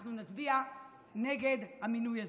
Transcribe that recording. אנחנו נצביע נגד המינוי הזה.